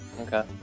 Okay